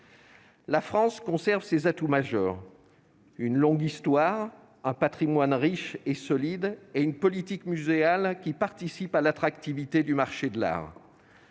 La France conserve ses atouts majeurs : une longue histoire, un patrimoine riche et solide et une politique muséale, qui participent de l'attractivité du marché de l'art.